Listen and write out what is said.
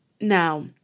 Now